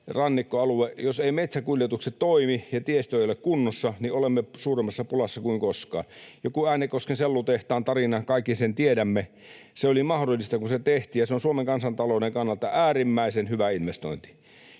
rannikkoalueella metsäkuljetukset toimi ja tiestö ei ole kunnossa, niin olemme suuremmassa pulassa kuin koskaan. Jonkun Äänekosken sellutehtaan tarinan kaikki tiedämme. Se oli mahdollista, kun se tehtiin, ja se on Suomen kansantalouden kannalta äärimmäisen hyvä investointi.